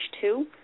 two